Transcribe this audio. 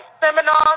seminars